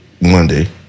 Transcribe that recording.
Monday